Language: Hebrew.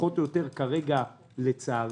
פחות או יותר כרגע, לצערי,